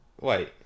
Wait